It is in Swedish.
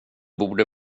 borde